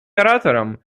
ораторам